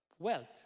wealth